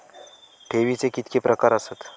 ठेवीचे कितके प्रकार आसत?